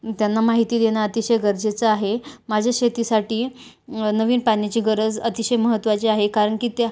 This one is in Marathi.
त्यांना माहिती देणं अतिशय गरजेचं आहे माझ्या शेतीसाठी नवीन पाण्याची गरज अतिशय महत्त्वाची आहे कारण की त्या